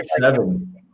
seven